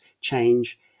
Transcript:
change